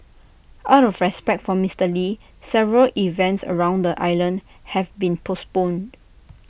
out of respect for Mister lee several events around the island have been postponed